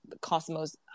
cosmos